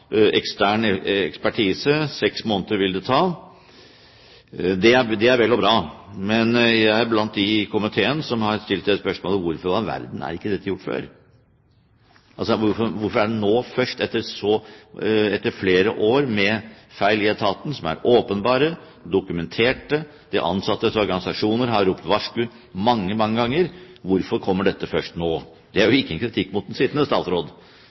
ekstern ekspertise, seks måneder ville det ta. Det er vel og bra, men jeg er blant dem i komiteen som har stilt spørsmålet om hvorfor i all verden dette ikke er gjort før. Etter flere år med feil i etaten som er åpenbare, som er dokumentert, og etter at de ansattes organisasjoner har ropt varsku mange, mange ganger, hvorfor kommer dette først nå? Dette er ikke en kritikk mot den sittende statsråd,